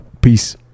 Peace